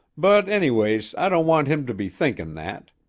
but anyways i don't want him to be thinkin' that.